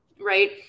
right